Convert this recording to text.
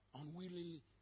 Unwillingly